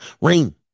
Ring